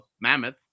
Mammoth